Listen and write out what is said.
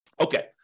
Okay